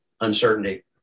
uncertainty